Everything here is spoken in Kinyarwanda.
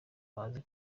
amaze